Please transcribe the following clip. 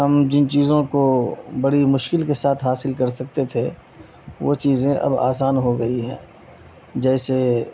ہم جن چیزوں کو بڑی مشکل کے ساتھ حاصل کر سکتے تھے وہ چیزیں اب آسان ہو گئی ہیں جیسے